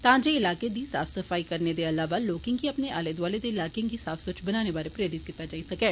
तां जे इलाके दी साफ सफाई करने दे अलावा लोकें गी अपने आले दौआले दे इलाकें गी साफ स्वच्छ रक्खने बारै प्रेरित करना हा